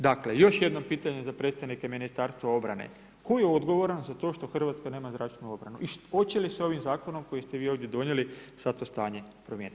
Dakle, još jednom pitanje za predstavnike Ministarstva obrane, tko je odgovoran za to što Hrvatska nema zračnu obranu i hoće li se ovim zakonom koji ste vi ovdje donijeli sad to stanje promijeniti?